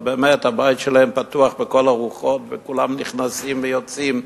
ובאמת הבית שלהם פתוח בכל הארוחות וכולם נכנסים ויוצאים,